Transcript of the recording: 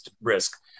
risk